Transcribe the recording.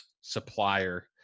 supplier